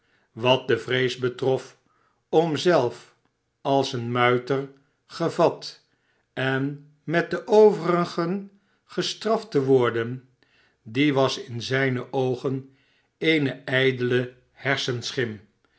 wat de vrees betrof om zelf als een muiter gevat en met de overigen gestraft te worden die was in zijne oogen eene